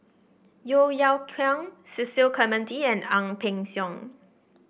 Yeo Yeow Kwang Cecil Clementi and Ang Peng Siong